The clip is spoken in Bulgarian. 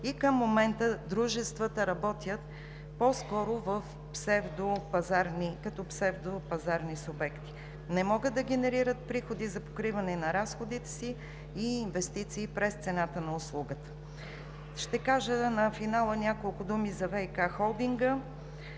и към момента дружествата работят по-скоро като псевдопазарни субекти – не могат да генерират приходи за покриване на разходите си и инвестиции през цената на услугата. Ще кажа на финала няколко думи за ВиК холдинга